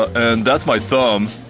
and that's my thumb.